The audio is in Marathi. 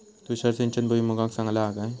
तुषार सिंचन भुईमुगाक चांगला हा काय?